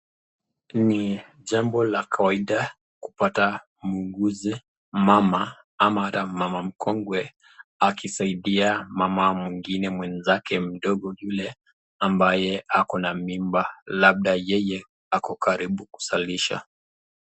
Ni jambo la kawaida kupata muuguzi mama ama hata mama mkongwe, akisaidia mama mwingine mwenzake mdogo yule ambaye ako na mimba labda yeye ako karibu kuzalisha.